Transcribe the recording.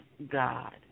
God